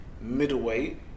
middleweight